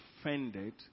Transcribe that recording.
offended